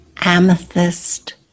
amethyst